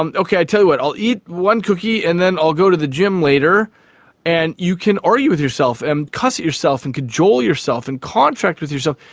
um okay, i'll tell you what, i'll eat one cookie and then i'll go to the gym later and you can argue with yourself and cuss at yourself and cajole yourself and make contracts with yourself.